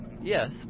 Yes